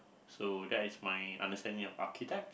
so that is my understanding of archetype